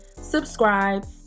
subscribe